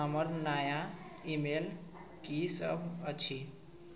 हमर नया ईमेल कीसब अछि